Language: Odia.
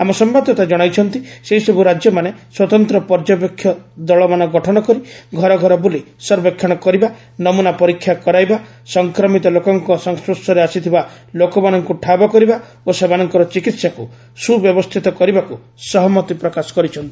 ଆମ ସମ୍ଭାଦଦାତା ଜଣାଇଛନ୍ତି ସେହିସବୁ ରାଜ୍ୟମାନେ ସ୍ୱତନ୍ତ୍ର ପର୍ଯ୍ୟବେକ୍ଷକ ଦଳମାନ ଗଠନ କରି ଘର ଘର ବୁଲି ସର୍ବେକ୍ଷଣ କରିବା ନମୁନା ପରୀକ୍ଷା କରାଇବା ସଂକ୍ରମିତ ଲୋକଙ୍କ ସଂସ୍ୱର୍ଶ ଆସିଥିବା ଲୋକମାନଙ୍କୁ ଠାବ କରିବା ଓ ସେମାନଙ୍କର ଚିକିହାକୁ ସୁବ୍ୟବସ୍ଥିତ କରିବାକୁ ସହମତି ପ୍ରକାଶ କରିଛନ୍ତି